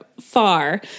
far